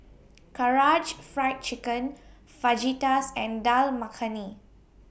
Karaage Fried Chicken Fajitas and Dal Makhani